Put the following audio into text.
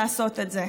לעשות את זה.